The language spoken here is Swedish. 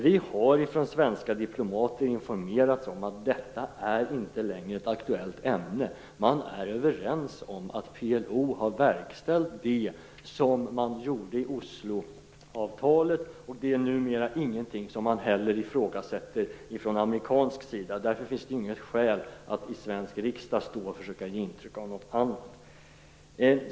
Vi har av svenska diplomater informerats om att detta inte längre är ett aktuellt ämne. Man är överens om att PLO har verkställt det som förutsattes i Osloavtalet. Det är numera ingenting som man ifrågasätter från amerikansk sida. Därför finns det inget skäl att i svenska riksdagen försöka ge intryck av något annat.